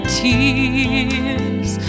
tears